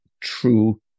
true